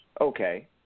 Okay